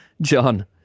John